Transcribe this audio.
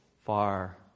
far